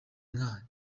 nka